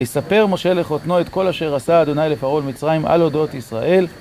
יספר משה לחותנו את כל אשר עשה ה' לפרעה במצרים על הודות ישראל